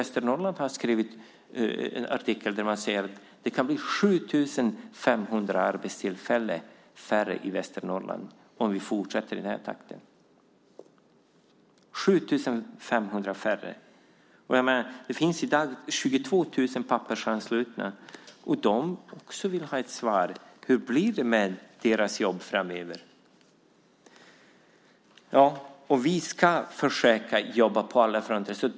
I en artikel hävdar basindustrin i Norrland att det kan bli 7 500 färre arbetstillfällen i Västernorrland om vi fortsätter i den här takten. Det finns i dag 22 000 Pappersanslutna. De vill också ha ett svar på hur det blir med deras jobb framöver. Vi ska försöka jobba på alla fronter.